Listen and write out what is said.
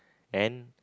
and